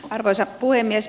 arvoisa puhemies